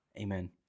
Amen